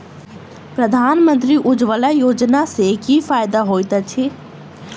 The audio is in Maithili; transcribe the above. प्रधानमंत्री उज्जवला योजना सँ की फायदा होइत अछि?